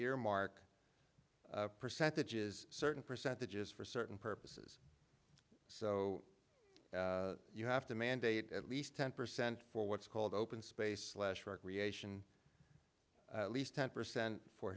earmark percentages certain percentages for certain purposes so you have to mandate at least ten percent for what's called open space less recreation at least ten percent for